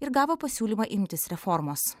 ir gavo pasiūlymą imtis reformos